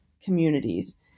communities